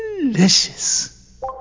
delicious